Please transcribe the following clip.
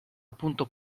appunto